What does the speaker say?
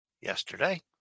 yesterday